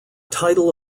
title